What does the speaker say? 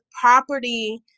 property